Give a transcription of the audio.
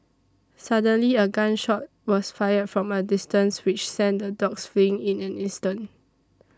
suddenly a gun shot was fired from a distance which sent the dogs fleeing in an instant